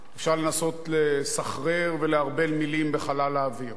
אפשר לנסות לסחרר ולערבל מלים בחלל האוויר.